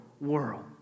world